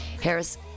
Harris